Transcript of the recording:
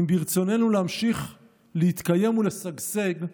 אם ברצוננו להמשיך להתקיים ולשגשג,